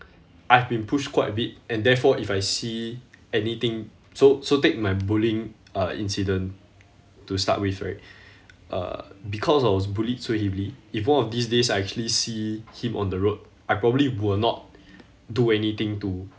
I've been pushed quite a bit and therefore if I see anything so so take my bullying uh incident to start with right uh because I was bullied so heavily if one of these days I actually see him on the road I probably will not do anything to